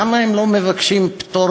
למה הם לא מבקשים פטור